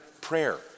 prayer